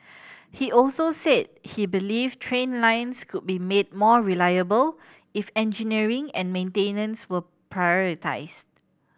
he also said he believed train lines could be made more reliable if engineering and maintenance were prioritised